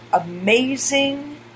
amazing